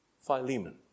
Philemon